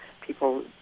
people